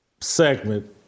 segment